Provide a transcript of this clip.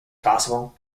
possible